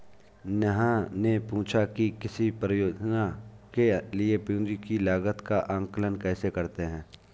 नेहा ने पूछा कि किसी परियोजना के लिए पूंजी की लागत का आंकलन कैसे करते हैं?